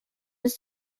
his